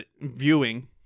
viewing